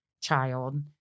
child